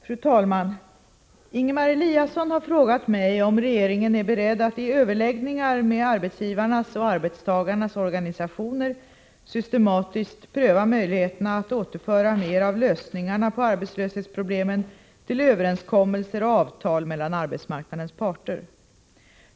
Fru talman! Ingemar Eliasson har frågat mig om regeringen är beredd att i överläggningar med arbetsgivarnas och arbetstagarnas organisationer systematiskt pröva möjligheterna att återföra mer av lösningarna på arbetslöshetsproblemen till överenskommelser och avtal mellan arbetsmarknadens parter.